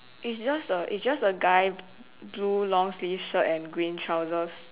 it's just a it's just a guy blue long sleeve shirt and green trousers